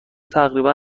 تقریبا